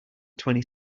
twenty